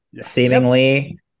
seemingly